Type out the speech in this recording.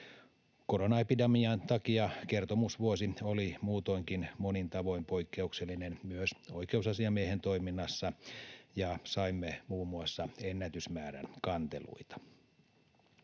Koronaepidemian takia kertomusvuosi oli muutoinkin monin tavoin poikkeuksellinen myös oikeusasiamiehen toiminnassa, ja saimme muun muassa ennätysmäärän kanteluita.